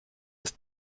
ist